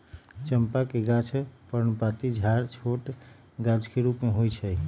चंपा के गाछ पर्णपाती झाड़ छोट गाछ के रूप में होइ छइ